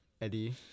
Eddie